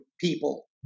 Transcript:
people